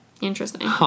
Interesting